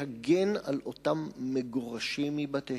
להגן על אותם מגורשים מבתיהם,